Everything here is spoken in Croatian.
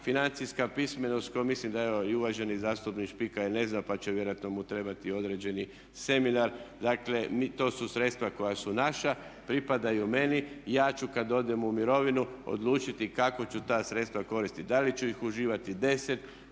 financijska pismenost koju mislim da evo i uvaženi zastupnik Špika je ne zna, pa će vjerojatno mu trebati određeni seminar. Dakle, to su sredstva koja su naša, pripadaju meni. Ja ću kad odem u mirovinu odlučiti kako ću ta sredstva koristiti da li ću ih uživati 10,